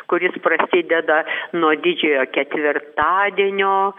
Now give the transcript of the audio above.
kuris prasideda nuo didžiojo ketvirtadienio